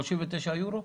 39 אירו.